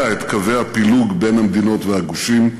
את קווי הפילוג בין המדינות והגושים,